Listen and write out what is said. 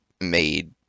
made